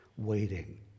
waiting